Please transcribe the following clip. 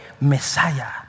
Messiah